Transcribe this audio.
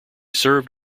served